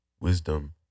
wisdom